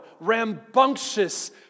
rambunctious